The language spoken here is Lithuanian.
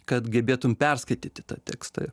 kad gebėtum perskaityti tą tekstą ir